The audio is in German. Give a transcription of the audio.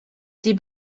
die